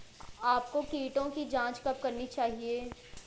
आपको कीटों की जांच कब करनी चाहिए?